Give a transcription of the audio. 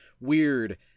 weird